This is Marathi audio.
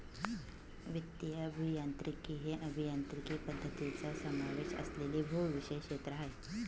वित्तीय अभियांत्रिकी हे अभियांत्रिकी पद्धतींचा समावेश असलेले बहुविषय क्षेत्र आहे